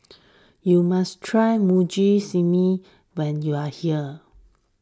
you must try Mugi Meshi when you are here